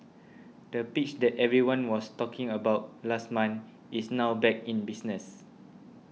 the pitch that everyone was talking about last month is now back in business